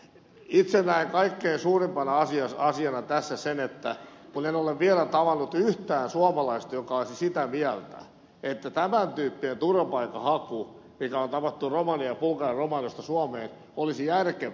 itse näen kaikkein suurimpana asiana tässä sen että en ole vielä tavannut yhtään suomalaista joka olisi sitä mieltä että tämän tyyppinen turvapaikanhaku mitä on tavattu romaniasta ja bulgariasta suomeen olisi järkevää